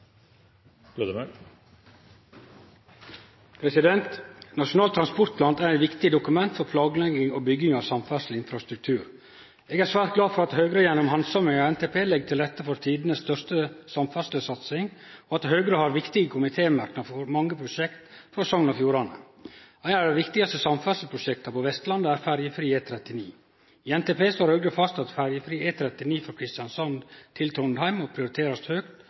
1994. Nasjonal transportplan er eit viktig dokument for planlegging og bygging av samferdsleinfrastruktur. Eg er svært glad for at Høgre gjennom handsaming av NTP legg til rette for tidenes største samferdslesatsing, og at Høgre har viktige komitémerknader for mange prosjekt frå Sogn og Fjordane. Eit av dei viktigaste samferdsleprosjekta på Vestlandet er ferjefri E39. I NTP slår Høgre fast at ferjefri E39 frå Kristiansand til Trondheim må prioriterast høgt